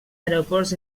aeroports